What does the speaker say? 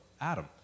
Adam